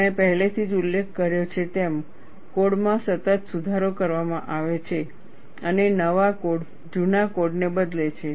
મેં પહેલેથી જ ઉલ્લેખ કર્યો છે તેમ કોડમાં સતત સુધારો કરવામાં આવે છે અને નવા કોડ જૂના કોડ ને બદલે છે